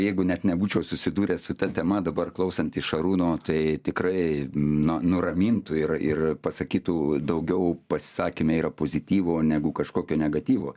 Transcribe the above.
jeigu net nebūčiau susidūręs su ta tema dabar klausantis šarūno tai tikrai na nuramintų ir ir pasakytų daugiau pasisakyme yra pozityvo negu kažkokio negatyvo